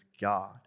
God